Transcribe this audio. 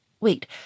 Wait